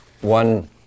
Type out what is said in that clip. one